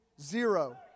Zero